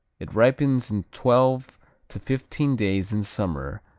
it ripens in twelve to fifteen days in summer,